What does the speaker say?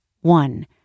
one